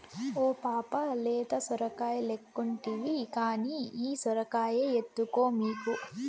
ఓ పాపా లేత సొరకాయలెక్కుంటివి కానీ ఈ సొరకాయ ఎత్తుకో మీకు